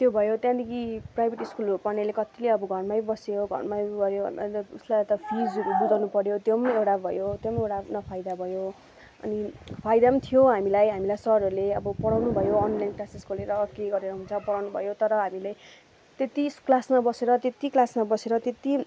त्यो भयो त्यहाँदेखि प्राइभेट स्कुलहरू पढ्नेले कति अब घरमै बस्यो घरमै भयो हरू फिजहरू बुझाउनु पऱ्यो त्यो एउटा भयो त्यो एउटा आफ्नो न फाइदा भयो अनि फाइदा थियो हामीलाई हामीलाई सरहरूले अब पढाउनु भयो अनलाइन क्लासेस खोलेर के गरेर हुन्छ पढाउनु भयो तर हामीलाई त्यति क्लासमा बसेर त्यति क्लासमा बसेर त्यति